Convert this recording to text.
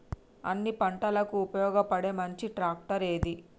అన్ని పంటలకు ఉపయోగపడే మంచి ట్రాక్టర్ ఏది?